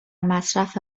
مصرف